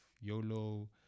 YOLO